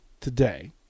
today